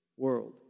world